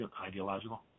ideological